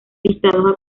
listados